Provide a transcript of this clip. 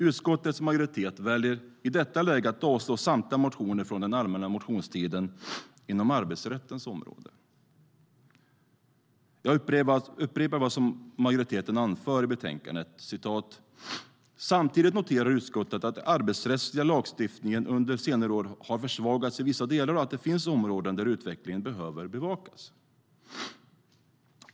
Utskottets majoritet väljer i detta läge att avslå samtliga motioner från den allmänna motionstiden inom arbetsrättens område. Jag upprepar vad majoriteten anför i betänkandet: "Samtidigt noterar utskottet att den arbetsrättsliga lagstiftningen under senare år har försvagats i vissa delar och att det finns områden där utvecklingen behöver bevakas.